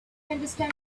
understand